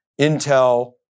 Intel